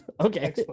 Okay